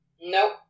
Nope